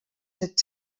set